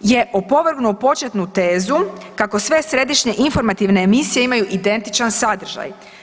je opovrgnuo početnu tezu kako sve središnje informativne emisije imaju identičan sadržaj.